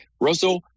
Russell